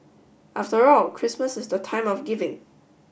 after all Christmas is the time of giving